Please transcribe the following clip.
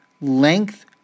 length